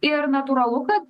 ir natūralu kad